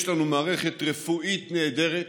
יש לנו מערכת רפואית נהדרת,